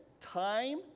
time